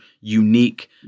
unique